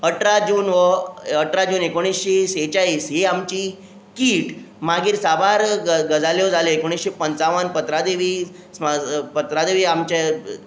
अठरा जून वो अठरा जून एकोणिशें सेचाळीस ही आमची कीट मागीर साबार ग गजाल्यो जाले एकोणिशें पंचावन पत्रादेवी स्म पत्रादेवी आमचे